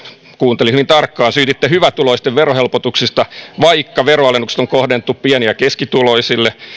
kuuntelin hyvin tarkkaan syytitte hyvätuloisten verohelpotuksista vaikka veroalennukset on kohdennettu pieni ja keskituloisille